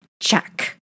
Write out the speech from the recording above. check